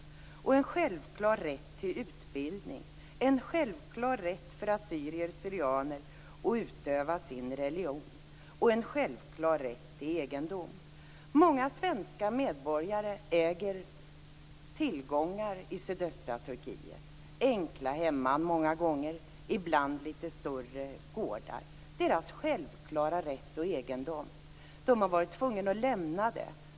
Det krävs också en självklar rätt till utbildning, en självklar rätt för assyrier/syrianer att utöva sin religion och en självklar rätt till egendom. Många svenska medborgare har tillgångar i sydöstra Turkiet. Många gånger är det enkla hemman och ibland lite större gårdar. De har en självklar rätt till sin egendom. De har varit tvungna att lämna den.